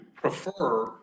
prefer